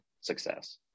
success